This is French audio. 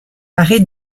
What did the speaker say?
paré